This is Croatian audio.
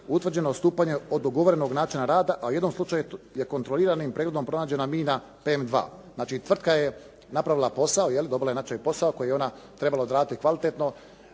utvrđeno odstupanje od dogovorenog načina rada, a u jednom slučaju je kontroliranim pregledom pronađena mina PM2. Znači, tvrtka je napravila posao, je li, dobila je natječajni posao koji je ona trebala odraditi kvalitetno.